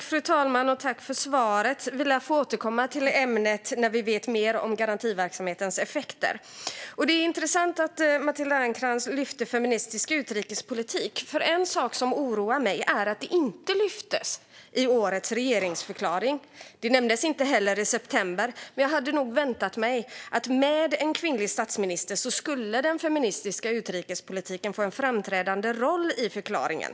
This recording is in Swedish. Fru talman! Tack för svaret! Vi lär få återkomma till ämnet när vi vet mer om garantiverksamhetens effekter. Det är intressant att Matilda Ernkrans lyfter fram feministisk utrikespolitik. En sak som oroar mig är att det inte lyftes fram i årets regeringsförklaring. Det nämndes inte heller i september. Jag hade nog väntat mig att med en kvinnlig statsminister skulle den feministiska utrikespolitiken få en framträdande roll i förklaringen.